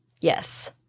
Yes